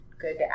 good